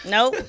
Nope